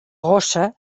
gossa